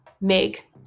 make